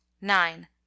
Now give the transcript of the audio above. nine